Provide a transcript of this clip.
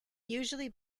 usually